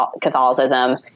Catholicism